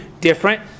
different